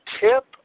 tip